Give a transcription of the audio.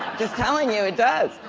just telling you. it does!